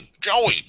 Joey